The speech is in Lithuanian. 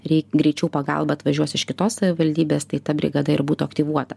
reik greičiau pagalba atvažiuos iš kitos savivaldybės tai ta brigada ir būtų aktyvuota